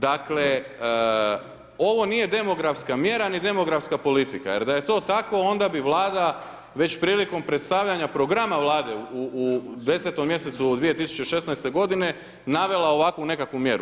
Dakle, ovo nije demografska mjera ni demografska politika jer da je to tako, onda bi Vlada već prilikom predstavljanja programa Vlade u 10. mjesecu 2016. godine navela ovakvu nekakvu mjeru.